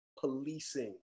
policing